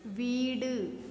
வீடு